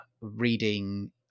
reading